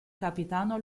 capitano